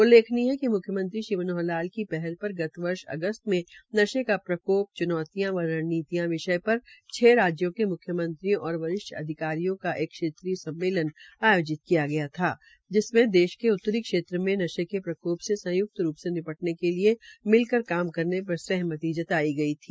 उल्लेखनीय है कि मुख्यमंत्रीश्री मनोहर लाल की पहल पर गत वर्ष अगस्त में नशे का प्रकोप चूनौतियां व रणनीतियां विषय पर छ राज्यों के मुख्य मंत्रियों और वरिष्ठ अधिकारियों का एक क्षेत्रीय सम्मेलन आयोजित किया गया था जिसमें देश के उत्तरी क्षेत्र में नशे के प्रकोप से संयुक्त रूप से निपटने के लिये मिलकर काम करने पर सहमति जताई गई थी